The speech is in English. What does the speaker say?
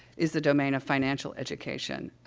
is the domain of financial education. um,